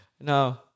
No